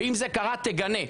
ואם זה קרה, תגנה.